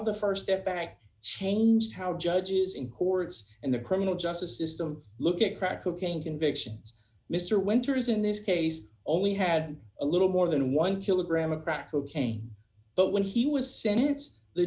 the st step back changed how judges in courts and the criminal justice system look at crack cocaine convictions mr winters in this case only had a little more than one kilogram of crack cocaine but when he was sente